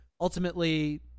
ultimately